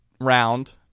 round